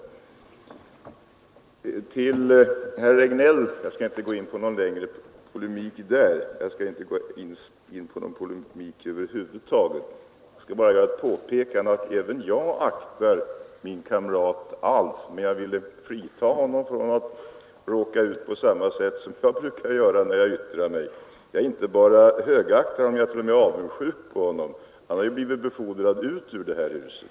Jag skall över huvud taget inte ge mig in i någon polemik med herr Regnéll, utan jag vill bara påpeka att även jag aktar min kamrat Alf. Men jag ville undvika att han skulle råka ut på samma sätt som jag brukar göra när jag yttrar mig. Och jag inte bara högaktar honom — jag är t.o.m. avundsjuk på honom. Han har ju blivit befordrad ut ur det här huset.